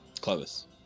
Clovis